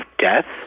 death